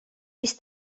mis